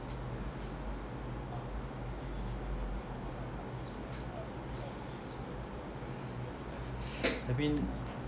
I mean